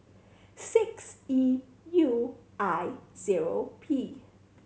six E U I zero P